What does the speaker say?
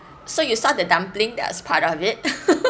so you start the dumpling that's part of it